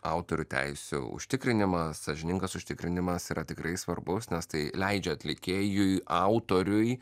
autorių teisių užtikrinimą sąžiningas užtikrinimas yra tikrai svarbus nes tai leidžia atlikėjui autoriui